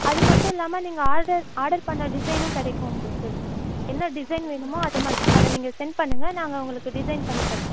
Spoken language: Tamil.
அது மட்டும் இல்லாமல் நீங்கள் ஆர்டர் ஆர்டர் பண்ண டிசைனும் கிடைக்கும் உங்களுக்கு என்ன டிசைன் வேணுமோ அதை மட் அதை நீங்கள் சென்ட் பண்ணுங்க நாங்கள் உங்களுக்கு டிசைன் பண்ணித் தரோம்